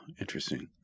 Interesting